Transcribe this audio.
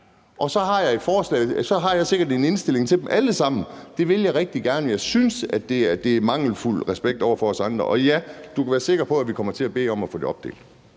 og så har jeg sikkert en indstilling til dem alle sammen. Det ville jeg rigtig gerne have. Jeg synes, det er mangelfuldt og mangel på respekt over for os andre, og du kan være sikker på, at vi kommer til at bede om at få det opdelt.